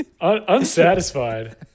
Unsatisfied